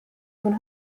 von